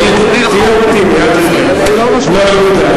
תהיה אופטימי, אל תבכה.